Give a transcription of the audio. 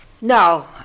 No